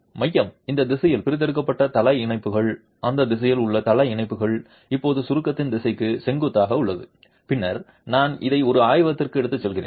மையம் இந்த திசையில் பிரித்தெடுக்கப்பட்டுள்ளது தள இணைப்புகள் அந்த திசையில் உள்ளன தள இணைப்புகள் இப்போது சுருக்கத்தின் திசைக்கு செங்குத்தாக உள்ளன பின்னர் நான் இதை ஒரு ஆய்வகத்திற்கு எடுத்துச் செல்கிறேன்